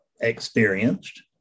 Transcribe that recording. experienced